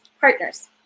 partners